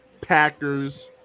Packers